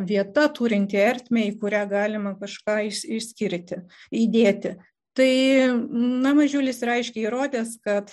vieta turinti ertmę į kurią galima kažką išskirti įdėti tai na mažiulis yra aiškiai įrodęs kad